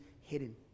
hidden